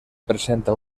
presenta